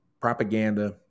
propaganda